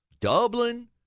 Dublin